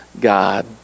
God